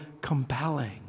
compelling